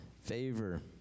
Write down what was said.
favor